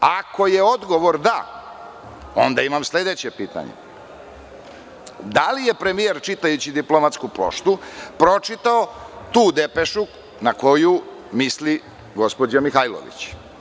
Ako je odgovor da, onda imam sledeće pitanje – da li je premijer čitajući diplomatsku poštu pročitao tu depešu na koju misli gospođa Mihajlović.